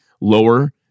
lower